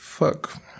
fuck